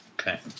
Okay